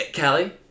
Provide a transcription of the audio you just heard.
Callie